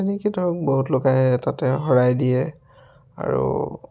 এনেকৈ ধৰক বহুত লোক আহে তাতে শৰাই দিয়ে আৰু